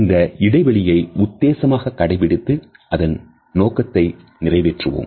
இந்த இடைவெளியை உத்தேசமாக கடைபிடித்து அதன் நோக்கத்தை நிறைவேற்றுவோம்